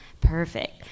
Perfect